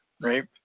right